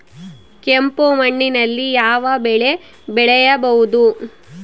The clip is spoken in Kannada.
ಕೆಂಪು ಮಣ್ಣಿನಲ್ಲಿ ಯಾವ ಬೆಳೆ ಬೆಳೆಯಬಹುದು?